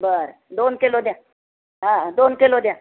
बरं दोन किलो द्या हा दोन किलो द्या